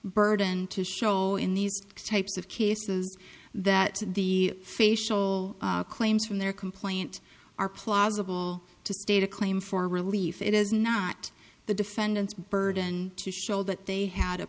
burden to show in these types of cases that the facial claims from their complaint are plausible to state a claim for relief it is not the defendant's burden to show that they had